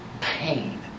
pain